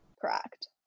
Correct